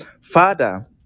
Father